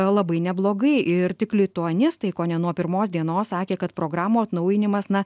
labai neblogai ir tik lituanistai kone nuo pirmos dienos sakė kad programų atnaujinimas na